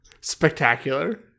Spectacular